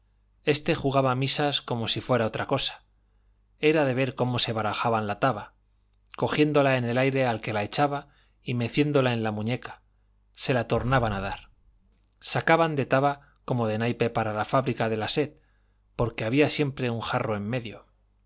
este jugaba misas como si fuera otra cosa era de ver cómo se barajaban la taba cogiéndola en el aire al que la echaba y meciéndola en la muñeca se la tornaban a dar sacaban de taba como de naipe para la fábrica de la sed porque había siempre un jarro en medio